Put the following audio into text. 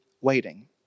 waiting